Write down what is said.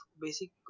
basic